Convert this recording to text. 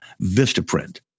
Vistaprint